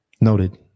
Noted